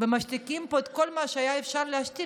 ומשתיקים פה את כל מה שהיה אפשר להשתיק,